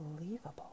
unbelievable